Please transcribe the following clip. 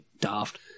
Daft